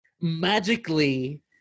magically